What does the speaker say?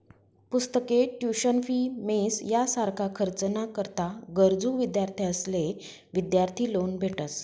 पुस्तके, tuition fee, mess यासारखा खर्च ना करता गरजू विद्यार्थ्यांसले विद्यार्थी लोन भेटस